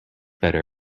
better